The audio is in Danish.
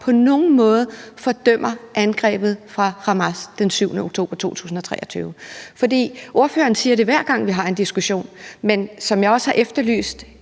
på nogen måde fordømmer angrebet fra Hamas den 7. oktober 2023. For ordføreren siger det, hver gang vi har en diskussion. Men som jeg også har efterlyst